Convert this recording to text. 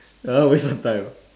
that one waste of time ah